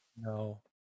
No